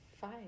five